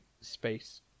space